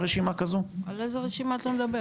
על איזה רשימה אתה מדבר?